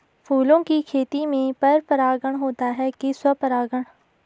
फूलों की खेती में पर परागण होता है कि स्वपरागण?